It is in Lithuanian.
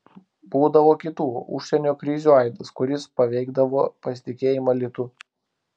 būdavo kitų užsienio krizių aidas kuris paveikdavo pasitikėjimą litu